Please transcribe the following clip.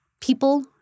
people